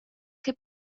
che